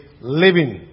living